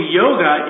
yoga